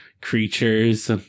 creatures